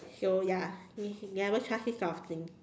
so ya ne~ never trust this kind of thing